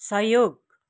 सहयोग